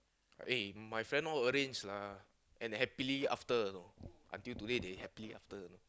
eh my friend all arrange lah and happily after you know until today they happy after you know